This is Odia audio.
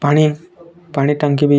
ପାଣି ପାଣି ଟାଙ୍କି ବି